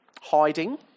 Hiding